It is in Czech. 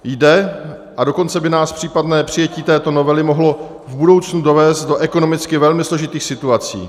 Jde, a dokonce by nás případné přijetí této novely mohlo v budoucnu dovést do ekonomicky velmi složitých situací.